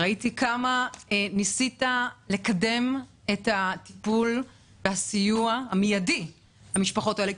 ראיתי כמה ניסית לקדם את הטיפול והסיוע המיידי למשפחות האלה,